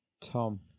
Tom